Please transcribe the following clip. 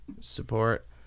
support